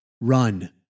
Run